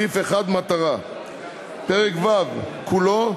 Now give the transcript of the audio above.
סעיף 1 (מטרה); פרק ו' כולו,